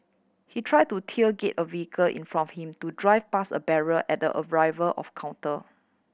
he tried to tailgate a vehicle in front of him to drive past a barrier at the arrival of counter